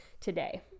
today